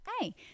Hey